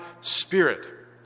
spirit